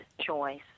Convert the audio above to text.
choice